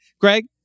Greg